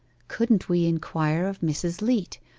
couldn't we inquire of mrs. leat,